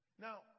Now